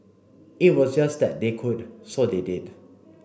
it was just that they could so they did